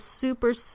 super